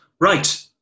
right